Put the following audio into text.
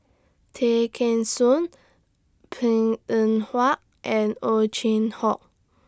Tay Kheng Soon Png Eng Huat and Ow Chin Hock